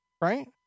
right